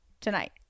tonight